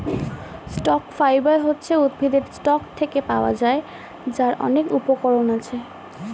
stock fibre হচ্ছে উদ্ভিদের stock থেকে পাওয়া যায়, যার অনেক উপকরণ আছে